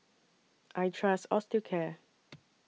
I Trust Osteocare